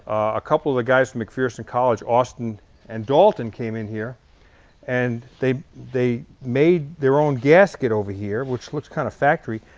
a couple of the guys from mcpherson college, austin and dalton came in here and they they made their own gasket over here, which looks kind of factory,